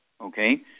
Okay